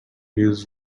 use